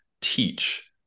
teach